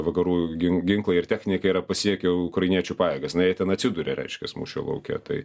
vakarų gin ginklai ir technikai yra pasiekę ukrainiečių pajėgas jinai ten atsiduria reiškias mūšio lauke tai